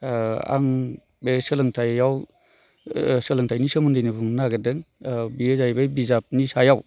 आं बे सोलोंथाइआव सोलोंथाइनि सोमोन्दैनो बुंनो नागिरदों बेयो जाहैबाय बिजाबनि सायाव